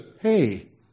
hey